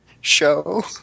Show